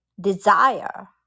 desire